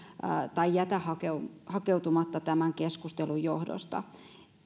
tai jätä hakeutumatta hakeutumatta tämän keskustelun johdosta